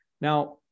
Now